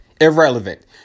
Irrelevant